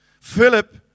Philip